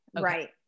Right